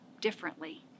differently